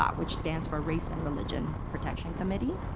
um which stands for race and religion protection committee,